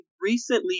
recently